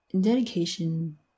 Dedication